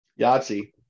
Yahtzee